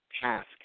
task